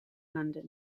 london